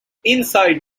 inside